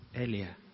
earlier